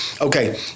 okay